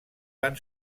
van